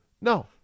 no